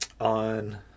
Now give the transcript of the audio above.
on